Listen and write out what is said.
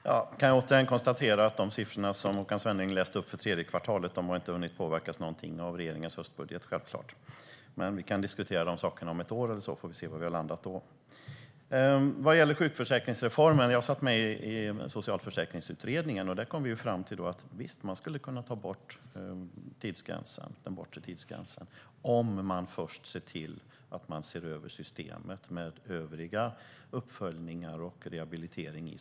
Herr talman! Jag kan återigen konstatera att de siffror som Håkan Svenneling läste upp för tredje kvartalet har självklart inte hunnit påverkas någonting av regeringens höstbudget. Men vi kan diskutera det om ett år, så får vi se var vi då landar. När det gäller sjukförsäkringsreformen satt jag med i Socialförsäkringsutredningen. Den kom fram till att man skulle kunna ta bort den bortre tidsgränsen, om man först såg till att se över systemet med övriga uppföljningar och rehabiliteringar.